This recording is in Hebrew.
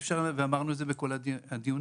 אמרנו את זה בכל הדיונים,